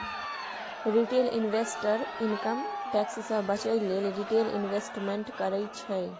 retail investor income tax सँ बचय लेल रिटेल इंवेस्टमेंट करय छै